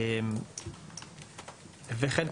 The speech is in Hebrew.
וכן,